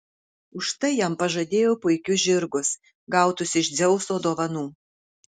už tai jam pažadėjo puikius žirgus gautus iš dzeuso dovanų